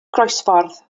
groesffordd